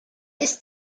ist